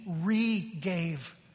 re-gave